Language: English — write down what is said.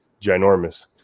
ginormous